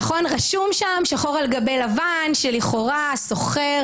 רשום שם שחור על גבי לבן שלכאורה המשכיר